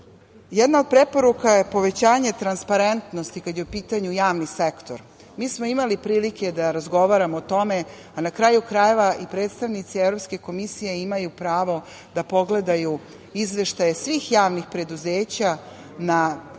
od preporuka je povećanje transparentnosti kada je u pitanju javni sektor. Mi smo imali prilike da razgovaramo o tome, a na kraju krajeva i predstavnici Evropske komisije imaju pravo da pogledaju izveštaje svih javnih preduzeća na APR-u